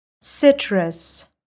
citrus